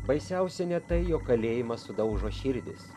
baisiausia ne tai jog kalėjimas sudaužo širdis